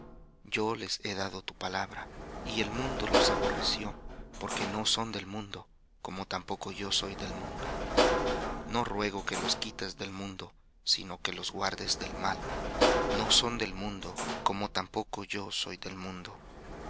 yo les he dado tu palabra y el mundo los aborreció porque no son del mundo como tampoco yo soy del mundo no ruego que los quites del mundo sino que los guardes del mal no son del mundo como tampoco yo soy del mundo